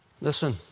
Listen